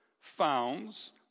founds